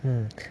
hmm